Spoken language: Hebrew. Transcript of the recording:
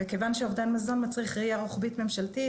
וכיוון שאובדן מזון מצריך ראייה רוחבית ממשלתית,